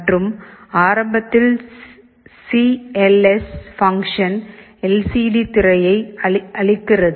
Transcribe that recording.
மற்றும் ஆரம்பத்தில் CLS function L C D திரையை அழிக்கிறது